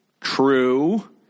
True